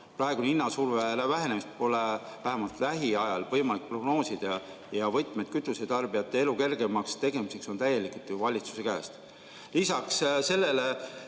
Praegu pole hinnasurve vähenemist vähemalt lähiajal võimalik prognoosida ja võtmed kütusetarbijate elu kergemaks tegemiseks on täielikult valitsuse käes. Lisaks sellele,